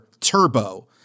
Turbo